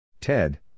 Ted